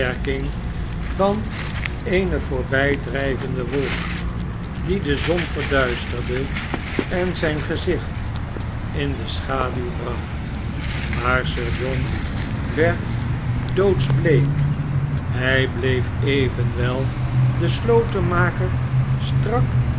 van eene voorbijdrijvende wolk die de zon verduisterde en zijn gezicht in de schaduw bracht y maar sir john werd doodsbleek hij bleef evenwel den slotenmaker strak